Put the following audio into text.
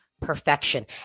perfection